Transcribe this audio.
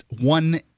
one